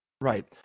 Right